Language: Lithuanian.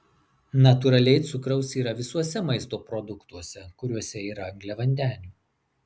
natūraliai cukraus yra visuose maisto produktuose kuriuose yra angliavandenių